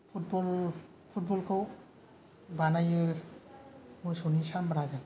football फुटबलखौ बानायो मोसौनि सामब्राजों